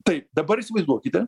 taip dabar įsivaizduokite